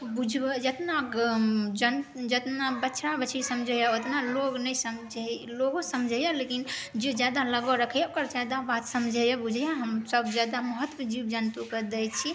बुझबै जितना जन जितना बछड़ा बछड़ी समझैए उतना लोग नै समझै लोगो समझैए लेकिन जे जादा लगाव रखैए ओकर जादा बात समझैए बुझैए हम सब जादा महत्व जीव जन्तुके दै छी